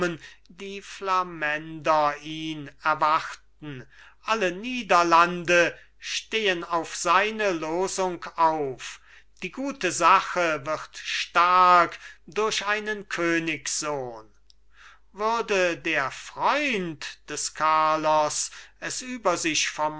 die flamänder ihn erwarten alle niederlande stehen auf seine losung auf die gute sache wird stark durch einen königssohn er mache den